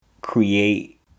create